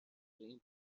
این